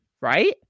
right